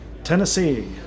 Tennessee